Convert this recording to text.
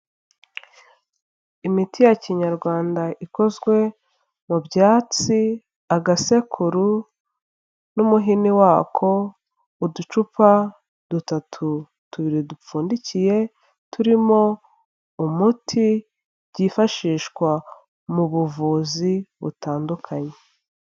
Imiti ya kinyarwanda ikozwe mu byatsi, agasekuru n'umuhini wako, uducupa dutatu, tubiri dupfundikiye turimo umuti byifashishwa mu buvuzi butandukanye.